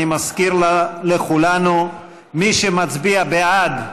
אני מזכיר לכולנו: מי שמצביע בעד,